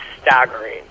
staggering